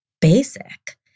basic